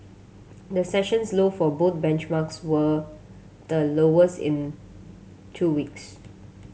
the sessions low for both benchmarks were the lowest in two weeks